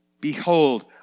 Behold